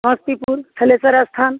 समस्तीपुर थलेश्वर स्थान